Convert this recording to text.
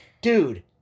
dude